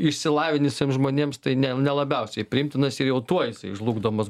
išsilavinusiems žmonėms tai ne ne labiausiai priimtinas ir jau tuo jisai sužlugdomas